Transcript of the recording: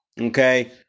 okay